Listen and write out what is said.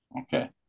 okay